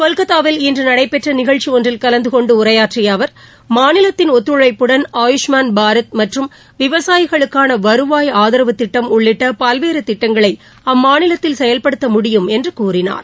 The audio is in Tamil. கொல்கத்தாவில் இன்று நடைபெற்ற நிகழ்ச்சி ஒன்றில் கலந்தகொண்டு உரையாற்றிய அவர் மாநிலத்தின் ஒத்துழைப்புடன் ஆயுஷ்மான் பாரத் மற்றும் விவசாயிகளுக்கான வருவாய் ஆதரவுத் திட்டம் உள்ளிட்ட பல்வேறு திட்டங்களை அம்மாநிலத்தில் செயல்படுத்த முடியும் என்று கூறினார்